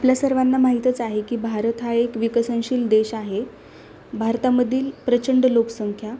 आपल्या सर्वांना माहीतच आहे की भारत हा एक विकसनशील देश आहे भारतामधील प्रचंड लोकसंख्या